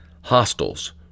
hostels